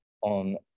on